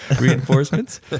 reinforcements